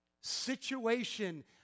situation